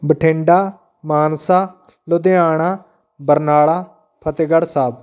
Bathinda Mansa Ludhiana Barnala Fatehgarh Sahib